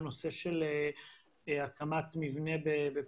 יש כאן גם נציגה של עיריית ירושלים שגם אשמע את דבריה.